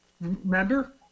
Remember